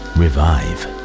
revive